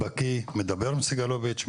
מדבר עם סגלוביץ,